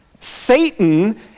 Satan